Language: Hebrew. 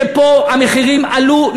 שפה המחירים עלו,